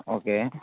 okay